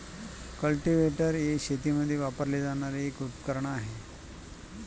cultivator हे शेतीमध्ये वापरले जाणारे एक उपकरण आहे